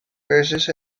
preses